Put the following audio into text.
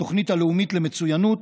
התוכנית הלאומית למצוינות,